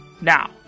Now